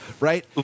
Right